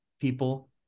people